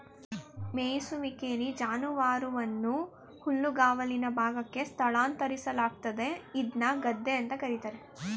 ಮೆಯಿಸುವಿಕೆಲಿ ಜಾನುವಾರುವನ್ನು ಹುಲ್ಲುಗಾವಲಿನ ಭಾಗಕ್ಕೆ ಸ್ಥಳಾಂತರಿಸಲಾಗ್ತದೆ ಇದ್ನ ಗದ್ದೆ ಅಂತ ಕರೀತಾರೆ